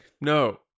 no